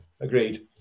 Agreed